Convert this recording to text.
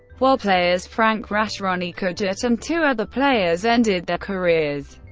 while players frank rabsch, ronny kujat and two other players ended their careers.